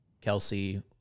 Kelsey